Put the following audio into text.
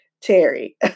Terry